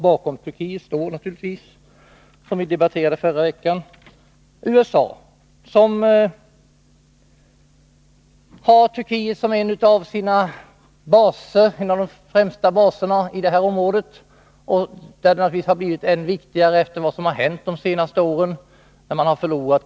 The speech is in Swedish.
Bakom Turkiet står naturligtvis, vilket vi också debatterade i förra veckan, USA, som har Turkiet som en av sina främsta baser i detta område. Området har naturligtvis blivit än viktigare efter vad som hänt under de senaste åren.